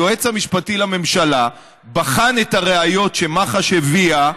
היועץ המשפטי לממשלה בחן את הראיות שמח"ש הביאה,